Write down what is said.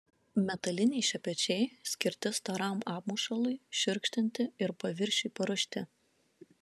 metaliniai šepečiai skirti storam apmušalui šiurkštinti ir paviršiui paruošti